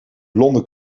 blonde